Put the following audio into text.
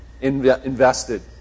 invested